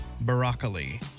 broccoli